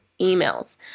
emails